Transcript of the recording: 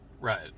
Right